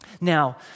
Now